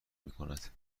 میکند